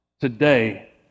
today